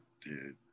dude